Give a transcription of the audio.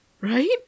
Right